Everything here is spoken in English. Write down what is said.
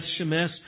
Shemesh